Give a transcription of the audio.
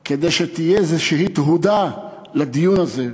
כדי שתהיה תהודה כלשהי לדיון הזה,